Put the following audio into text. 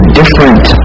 different